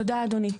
תודה אדוני.